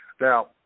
Now